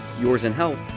yours in health.